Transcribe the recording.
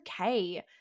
okay